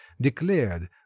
declared